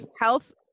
health